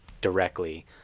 directly